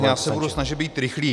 Já se budu snažit být rychlý.